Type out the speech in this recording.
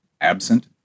absent